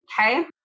Okay